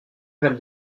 val